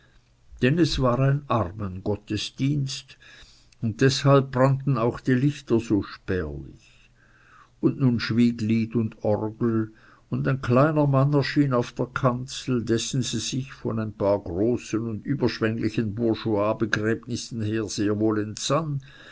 denn es war ein armen gottesdienst und deshalb brannten auch die lichter so spärlich und nun schwieg lied und orgel und ein kleiner mann erschien auf der kanzel dessen sie sich von ein paar großen und überschwänglichen bourgeoisbegräbnissen her sehr wohl entsann